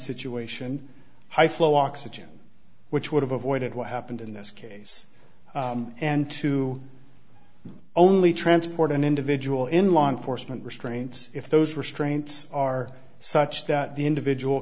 situation high flow oxygen which would have avoided what happened in this case and to only transport an individual in law enforcement restraints if those restraints are such that the individual